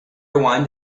rewind